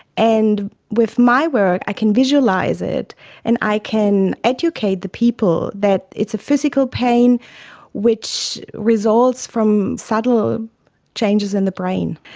and with my work i can visualise it and i can educate the people that it's a physical pain which results from subtle changes in the brain.